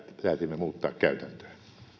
päätimme muuttaa käytäntöä